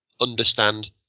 understand